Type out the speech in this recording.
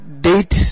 date